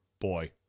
boy